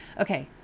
okay